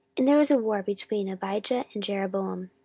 and there was war between abijah and jeroboam.